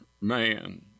man